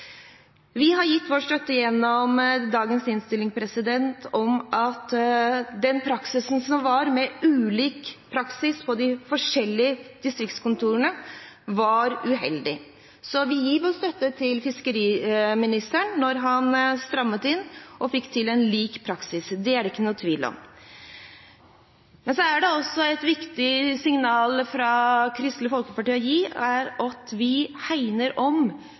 Vi har gjennom dagens innstilling gitt vår støtte til at den praksisen som var – med ulik praksis på de forskjellige distriktskontorene – var uheldig. Så vi gir vår støtte til at fiskeriministeren strammet inn og fikk til en lik praksis. Det er det ikke noen tvil om. Det også for Kristelig Folkeparti et viktig signal å gi at vi hegner om